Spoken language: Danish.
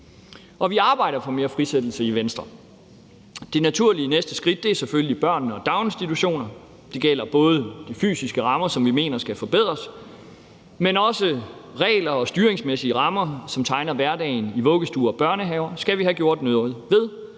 Vi arbejder for mere frisættelse i Venstre. Det naturlige næste skridt er selvfølgelig børnene og daginstitutionerne. Det gælder både de fysiske rammer, som vi mener skal forbedres, men også regler og styringsmæssige rammer, som tegner hverdagen i vuggestuer og børnehaver, skal vi have gjort noget ved.